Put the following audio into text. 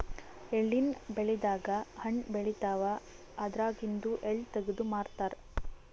ಎಳ್ಳಿನ್ ಬೆಳಿದಾಗ್ ಹಣ್ಣ್ ಬೆಳಿತಾವ್ ಅದ್ರಾಗಿಂದು ಎಳ್ಳ ತಗದು ಮಾರ್ತಾರ್